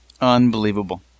Unbelievable